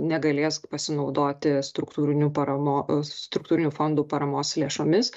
negalės pasinaudoti struktūrinių paramo struktūrinių fondų paramos lėšomis